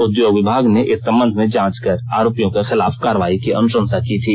उद्योग विभाग ने इस संबंध में जांच कर आरोपियों के खिलाफ कार्रवाई की अनुशंसा की थी